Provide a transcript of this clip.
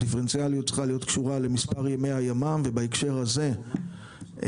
הדיפרנציאליות צריכה להיות קשורה למספר ימי הימ"מ ובהקשר הזה גם